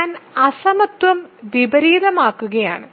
ഞാൻ അസമത്വം വിപരീതമാക്കുകയാണ്